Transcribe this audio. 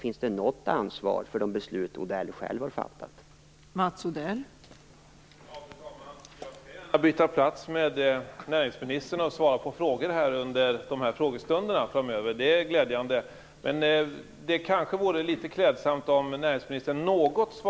Finns det något som helst ansvar för de beslut som Mats Odell själv har varit med om att fatta?